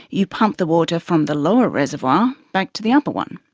you pump the water from the lower reservoir back to the upper one.